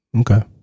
Okay